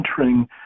entering